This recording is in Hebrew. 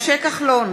משה כחלון,